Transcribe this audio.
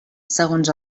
segons